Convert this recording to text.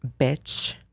Bitch